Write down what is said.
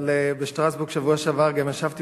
אבל בשטרסבורג בשבוע שעבר גם ישבתי